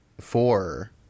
four